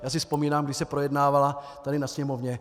Já si vzpomínám, když se projednávala tady ve Sněmovně.